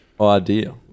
Idea